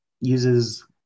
uses